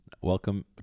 Welcome